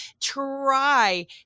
try